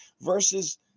versus